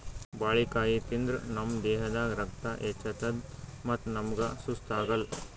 ಬಾಳಿಕಾಯಿ ತಿಂದ್ರ್ ನಮ್ ದೇಹದಾಗ್ ರಕ್ತ ಹೆಚ್ಚತದ್ ಮತ್ತ್ ನಮ್ಗ್ ಸುಸ್ತ್ ಆಗಲ್